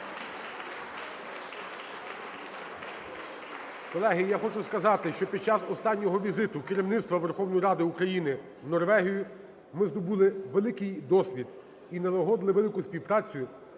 Колеги, я хочу сказати, що під час останнього візиту керівництва Верховної Ради України в Норвегію ми здобули великий досвід і налагодили велику співпрацю